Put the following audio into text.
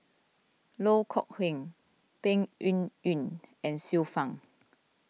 Loh Kok Heng Peng Yuyun and Xiu Fang